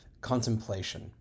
contemplation